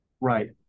right